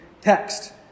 text